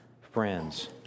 friends